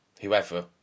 whoever